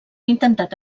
intentat